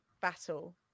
battle